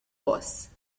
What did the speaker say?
pose